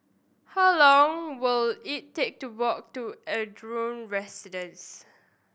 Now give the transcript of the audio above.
how long will it take to walk to Ardmore Residence